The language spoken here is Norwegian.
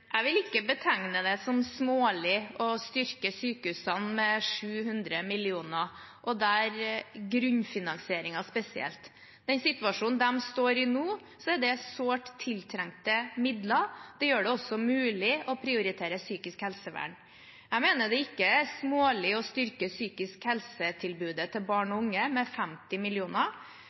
Jeg vil ikke betegne det som smålig å styrke sykehusene med 700 mill. kr, og grunnfinansieringen spesielt. I den situasjonen de står i nå, er det sårt tiltrengte midler. Det gjør det også mulig å prioritere psykisk helsevern. Jeg mener det ikke er smålig å styrke psykisk helse-tilbudet til barn og unge med 50